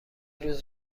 روز